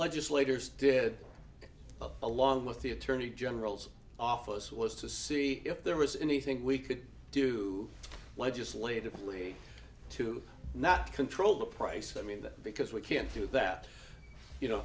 legislators did along with the attorney general's office was to see if there was anything we could do legislatively to not control the price i mean that because we can't do that you know